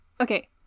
Okay